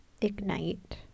ignite